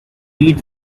eat